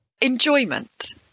Enjoyment